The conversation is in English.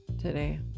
today